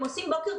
הם עושים בוקר,